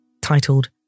titled